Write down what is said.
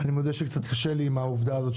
אני מודה שקצת קשה לי עם העובדה הזאת,